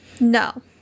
No